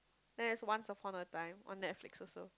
and it's Once-Upon-a-Time on Netflix also